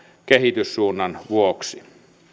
kehityssuunnan vuoksi